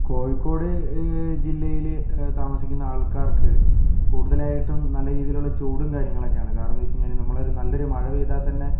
കോഴിക്കോട് ജില്ലയില് താമസിക്കുന്ന ആൾക്കാർക്ക് കൂടുതലായിട്ടും നല്ല രീതിയിലുള്ള ചൂടും കാര്യങ്ങളൊക്കെ ആണ് കാരണം എന്താന്ന് വച്ച് കഴിഞ്ഞാല് നമ്മളൊരു നല്ലൊരു മഴപെയ്താൽ തന്നെ